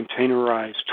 containerized